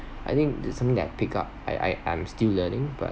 I think that's something I pick up I I am still learning but